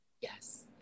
Yes